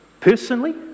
Personally